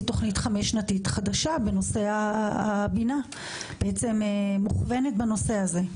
תוכנית חמש-שנתית חדשה בנושא הבינה מוכוונת לנושא הזה?